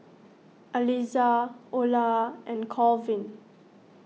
Aliza Ola and Colvin